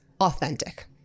authentic